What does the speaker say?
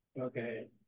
Okay